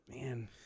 man